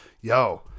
yo